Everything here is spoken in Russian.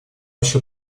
еще